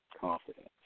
confidence